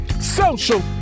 social